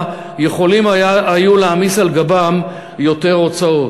יכולים היו להעמיס על גבם יותר הוצאות.